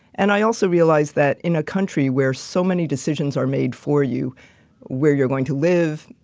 and i also realized that in a country where so many decisions are made for you where you're going to live,